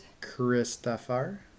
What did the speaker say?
Christopher